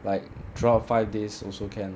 like throughout five days also can